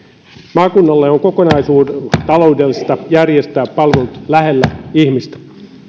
maakunnalle on kokonaistaloudellista järjestää palvelut lähellä ihmistä